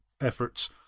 efforts